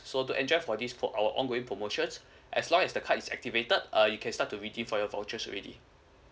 so to enjoy for this for our ongoing promotions as long as the card is activated uh you can start to redeem for your vouchers already